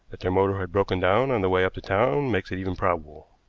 that their motor had broken down on the way up to town makes it even probable.